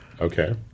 Okay